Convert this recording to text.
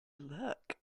look